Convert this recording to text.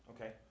Okay